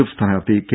F സ്ഥാനാർഥി K